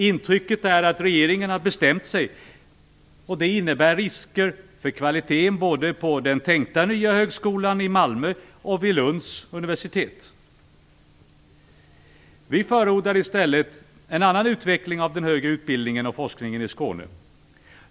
Intrycket är att regeringen har bestämt sig, och det innebär risker för kvaliteten både för den tänkta nya högskolan i Malmö och vid Lunds universitet. Vi förordar i stället en annan utveckling av den högre utbildningen och forskningen i Skåne.